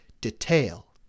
detail